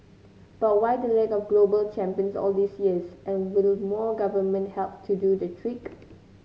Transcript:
but why the lack of global champions all these years and will more government help do the trick